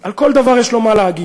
על כל דבר יש לו מה להגיד.